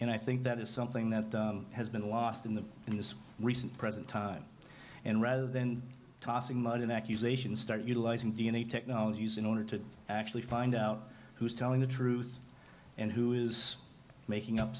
and i think that is something that has been lost in the in the recent present time and rather than tossing mud an accusation started utilizing d n a technology use in order to actually find out who is telling the truth and who is making up